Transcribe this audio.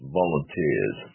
volunteers